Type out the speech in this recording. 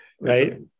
Right